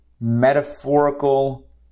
metaphorical